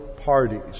parties